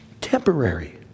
temporary